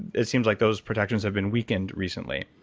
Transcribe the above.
it seems like those protections have been weakened recently.